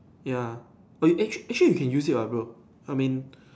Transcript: ya oh you actually actually we can use it ah bro I mean